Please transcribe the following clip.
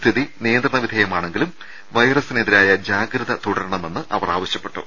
സ്ഥിതി നിയന്ത്രണ വിധേയമാണെങ്കിലും വൈറസിനെതിരായ ജാഗ്രത തുടരണമെന്ന് അവർ ആവശ്യപ്പെട്ടു